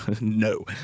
no